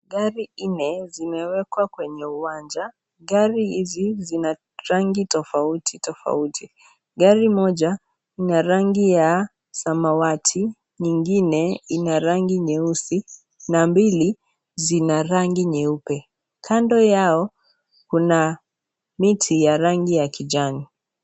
Gari nne zimewekwa kwenye uwanjwa. Gari hizi zina rangi tofauti tofauti. Gari moja ina rangi ya samawati, nyingine ina rangi nyeusi na mbili zina rangi nyeupe. Kando yao kuna miti ya rangi ya kijani.